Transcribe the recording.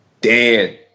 Dan